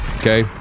Okay